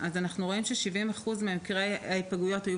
אנחנו רואים שכ-70% ממקרי ההיפגעויות היו